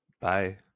bye